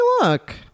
look